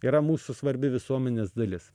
yra mūsų svarbi visuomenės dalis